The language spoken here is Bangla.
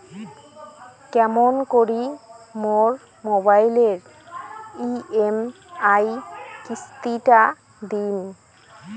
কেমন করি মোর মোবাইলের ই.এম.আই কিস্তি টা দিম?